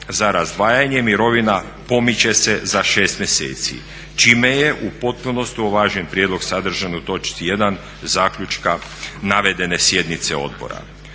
za razdvajanje mirovina pomiče se za 6 mjeseci čime je u potpunosti uvažen prijedlog sadržan u točci 1. zaključka navedene sjednice odbora.